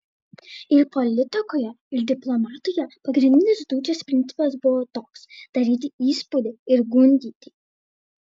ir politikoje ir diplomatijoje pagrindinis dučės principas buvo toks daryti įspūdį ir gundyti